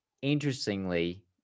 interestingly